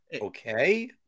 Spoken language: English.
okay